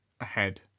Ahead